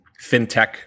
fintech